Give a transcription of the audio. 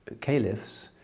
caliphs